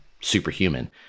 superhuman